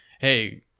hey